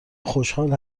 خوشحال